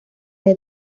del